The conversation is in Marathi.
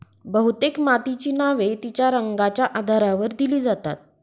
बहुतेक मातीची नावे तिच्या रंगाच्या आधारावर दिली जातात